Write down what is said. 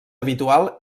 habitual